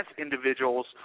individuals